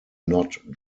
not